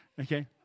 okay